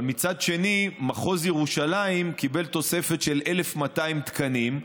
אבל מצד שני מחוז ירושלים קיבל תוספת של 1,200 תקנים.